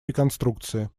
реконструкции